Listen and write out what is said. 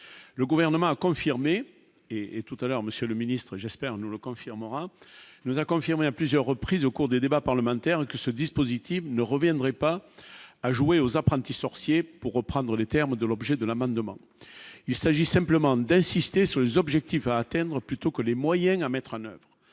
le gouvernement a confirmé et et tout à l'heure monsieur le ministre, j'espère, nous le confirmera, nous a confirmé à plusieurs reprises au cours des débats parlementaires, que ce dispositif ne reviendrait pas à jouer aux apprentis sorciers pour reprendre les termes de l'objet de la même demande, il s'agit simplement d'insister sur les objectifs à atteindre, plutôt que les moyens à mettre en oeuvre,